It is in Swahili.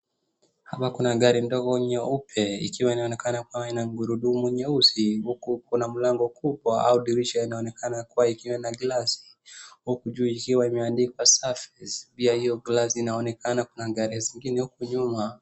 Hapa kuna gari ndogo nyeupe ikiwa inaonekana kwamba ina gurudumu nyeusi uku kuna mlango kubwa au dirisha inaonekana kuwa ikiwa na glasi huku juu ikiwa imeandikwa service . Pia hio glasi inaonekana kuna gari zingine huku nyuma.